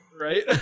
right